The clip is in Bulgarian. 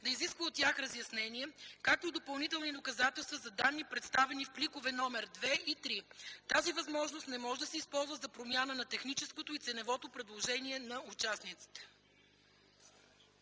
да изисква от тях разяснения, както и допълнителни доказателства за данни, представени в пликове № 2 и 3. Тази възможност не може да се използва за промяна на техническото и ценовото предложение на участниците.”